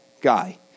guy